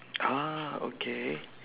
ah okay